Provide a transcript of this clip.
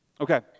Okay